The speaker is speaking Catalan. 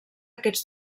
aquests